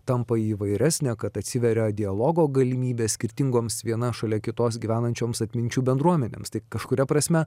tampa įvairesnė kad atsiveria dialogo galimybė skirtingoms viena šalia kitos gyvenančioms atminčių bendruomenėms tai kažkuria prasme